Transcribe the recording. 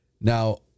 Now